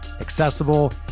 accessible